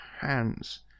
hands